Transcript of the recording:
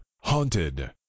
Haunted